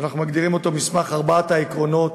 שאנחנו מגדירים אותו "מסמך ארבעת העקרונות",